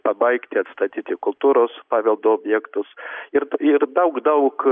pabaigti atstatyti kultūros paveldo objektus ir ir daug daug